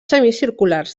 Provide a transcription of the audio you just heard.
semicirculars